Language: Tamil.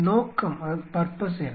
நோக்கம் என்ன